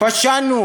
פשענו